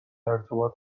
ارتباط